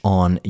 on